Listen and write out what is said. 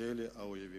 כאל אויבים.